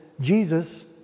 Jesus